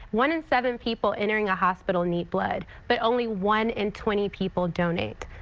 one in seven people entering a hospital need blood but only one in twenty people donate.